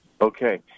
Okay